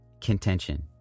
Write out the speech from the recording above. contention